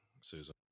Susan